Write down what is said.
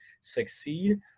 succeed